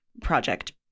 project